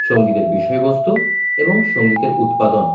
সঙ্গীতের বিষয়বস্তু এবং সঙ্গীতের উৎপাদন